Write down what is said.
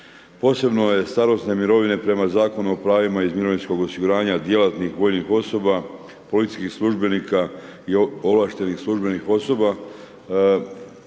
Posebno je starosne mirovine prema Zakonu o pravima iz mirovinskog osiguranja djelatnih vojnih osoba, policijskih službenika i ovlaštenih službenih osoba